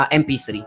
mp3